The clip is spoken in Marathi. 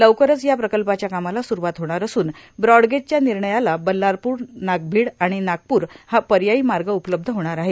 लवकरच या प्रकल्पाच्या कामाला सुरूवात होणार असून ब्रॉडगेजच्या निर्णयाला बल्लारपूर नागभिड आणि नागपूर हा पर्यायी मार्ग उपलब्ध होणार आहे